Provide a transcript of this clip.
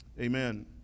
amen